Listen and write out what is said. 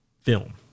film